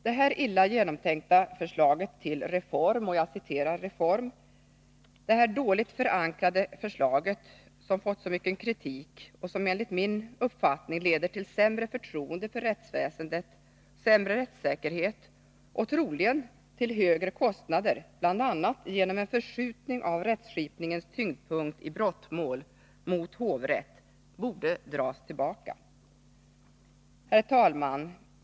Det här illa genomtänkta förslaget till ”reform”, detta dåligt förankrade förslag, som fått så mycken kritik och som enligt min uppfattning leder till sämre förtroende för rättsväsendet, sämre rättssäkerhet och troligen till högre kostnader, bl.a. genom en förskjutning av rättskipningens tyngdpunkt i brottmål mot hovrätt, borde dras tillbaka. Herr talman!